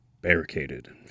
barricaded